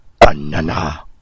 Banana